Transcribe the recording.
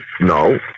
No